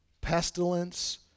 pestilence